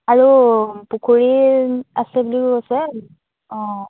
আৰু পুখুৰীৰ আছে বুলিও আছে অঁ